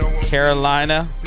Carolina